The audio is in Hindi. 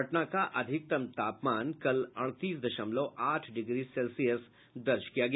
पटना का अधिकतम तापमान कल अड़तीस दशमलव आठ डिग्री सेल्सियस तक दर्ज किया गया